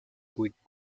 quick